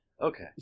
Okay